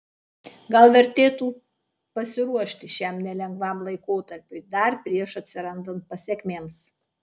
gal vertėtų pasiruošti šiam nelengvam laikotarpiui dar prieš atsirandant pasekmėms